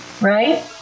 right